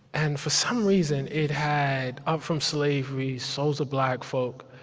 and for some reason, it had up from slavery, souls of black folk,